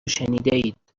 شنیدهاید